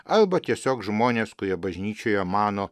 arba tiesiog žmonės kurie bažnyčioje mano